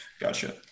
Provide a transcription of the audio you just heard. Gotcha